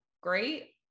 great